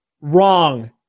Wrong